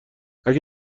اگه